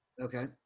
Okay